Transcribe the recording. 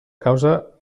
causa